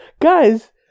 guys